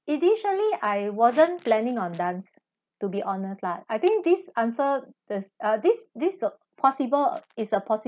initially I wasn't planning on dance to be honest lah I think this answer this uh this this possible is a possibility